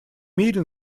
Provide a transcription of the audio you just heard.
мире